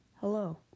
Hello